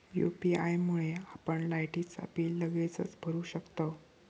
UPI मुळे आपण लायटीचा बिल लगेचच भरू शकतंव